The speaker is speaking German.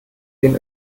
den